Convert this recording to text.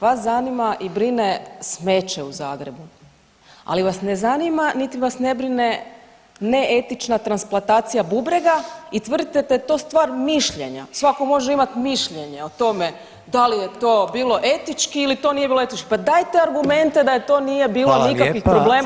Vas zanima i brine smeće u Zagrebu, ali vas ne zanima niti vas ne brine neetična transplantacija bubrega i tvrdite da je to stvar mišljenja, svako može imati mišljenje o tome da li je to bilo etički ili nije bilo etički, pa dajte argumente da to nije bilo nikakvih problema